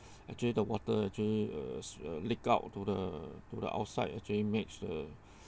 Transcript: actually the water actually uh uh leak out to the to the outside actually makes the